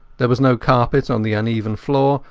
there was no carpet on the uneven floor,